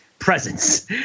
presence